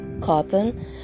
cotton